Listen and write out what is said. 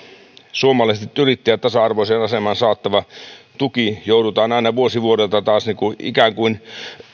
suomalaiset yrittäjät tasa arvoiseen asemaan saattava tuki joudutaan aina vuosi vuodelta taas ikään kuin